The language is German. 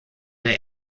der